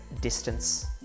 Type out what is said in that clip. distance